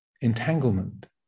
entanglement